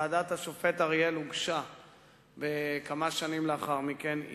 ועדת השופט אריאל הגישה מסקנות כמה שנים לאחר מכן.